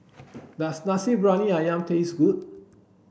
does Nasi Briyani Ayam taste good